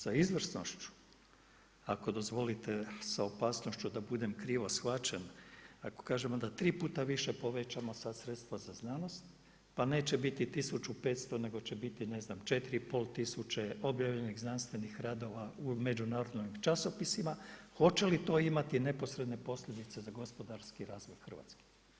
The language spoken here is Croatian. Sa izvrsnošću ako dozvolite sa opasnošću da budem krivo shvaćen, ako kažemo da tri puta više povećamo sva sredstva za znanost, pa neće biti 1500 nego će biti ne znam 4500 objavljenih znanstvenih radova u međunarodnim časopisima hoće li to imati neposredne posljedice za gospodarski razvoj Hrvatske.